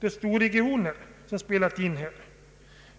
till storregioner som spelar in här?